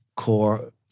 Core